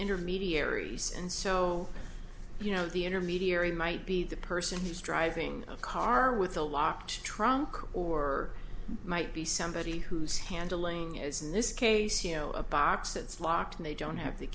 intermediaries and so you know the intermediary might be the person who's driving a car with a locked trunk or might be somebody who's handling is in this case you know a box it's locked and they don't have the